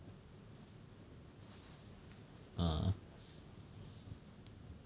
uh